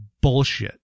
bullshit